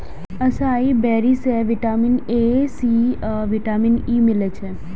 असाई berry सं vitamin A, C आ vitamin E मिलै छै